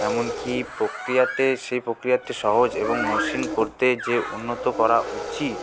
এমনকি প্রক্রিয়াতে সেই প্রক্রিয়াটি সহজ এবং মসৃণ করতে যে উন্নত করা উচিত